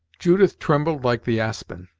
judith trembled like the aspen,